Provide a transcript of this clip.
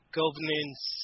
governance